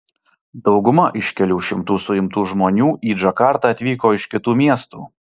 dauguma iš kelių šimtų suimtų žmonių į džakartą atvyko iš kitų miestų